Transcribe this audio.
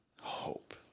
Hope